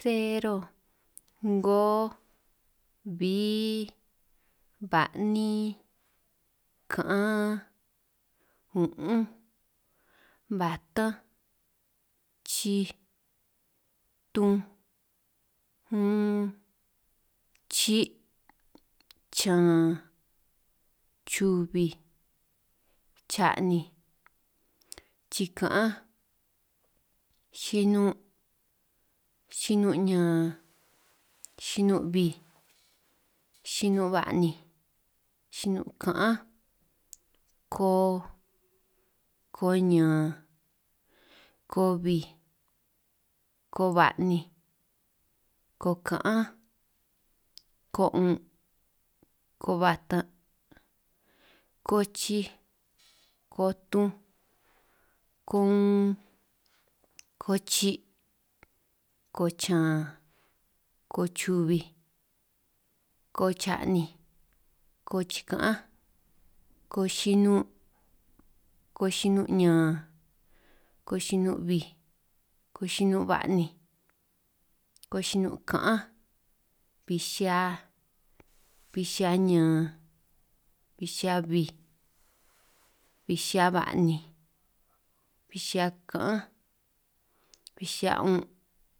Sero, 'ngoj, bi, ba'nin, ka'an, un'unj, batanj, chij, tunj, un, chi', chan, chubij, cha'ninj, chika'anj, chinun', chinun ñan, chinun' bij, chinun' ba'ninj, chinun' ka'anj, ko, ko ñan, ko bij, ko ba'ninj, ko ka'anj, ko 'un', ko batan', ko chij, ko tunj, ko un, ko chi', ko chan, ko chubij, ko cha'ninj, ko chika'anj, ko chinun', ko chinun ñan, ko chinun' bij, ko chinun' ba'ninj, ko chinun ka'anj, bij xihia, bij xihia ñan, bij xihia bij, bij xihia ba'ninj, bij xihia ka'anj, bij 'un',